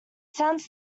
sounds